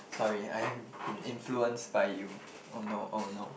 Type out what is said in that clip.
sorry I have been influenced by you oh no oh no